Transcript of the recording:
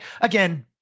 again